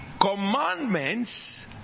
commandments